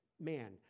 man